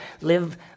live